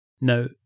Now